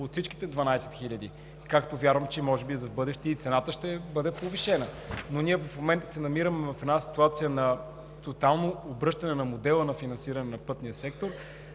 от всички 12 хиляди, както вярвам, че може би и за в бъдеще цената ще бъде повишена. Но ние в момента се намираме в една ситуация на тотално обръщане на модела на финансиране на пътния сектор,